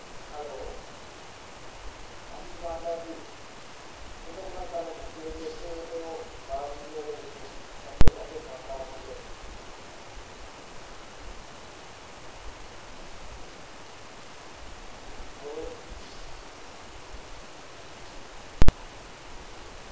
hello हां जी दुकानदार जी तुं'दे कोला कल्ल असें सेब लैते हे ओह् खराब निकले ओह्दे बिच दा अद्धे अद्धे खराब निकले मगर ओह्